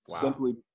simply